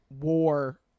War